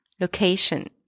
location